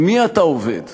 על מי אתה עובד?//